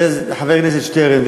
חבר הכנסת שטרן,